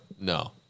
no